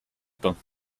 peints